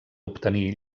obtenir